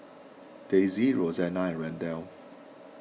Daisy Roxanna and Randel